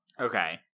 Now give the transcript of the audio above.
Okay